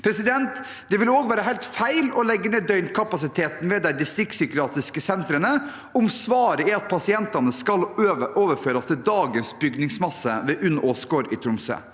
med dette. Det vil være helt feil å legge ned døgnkapasiteten ved de distriktspsykiatriske sentrene om svaret er at pasientene skal overføres til dagens bygningsmasse ved UNN Åsgård i Tromsø.